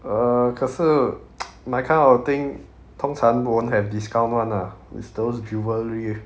uh 可是 my kind of thing 通常 won't have discount [one] ah it's those jewellery